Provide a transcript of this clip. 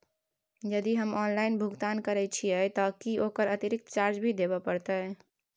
यदि हम ऑनलाइन भुगतान करे छिये त की ओकर अतिरिक्त चार्ज भी देबे परतै?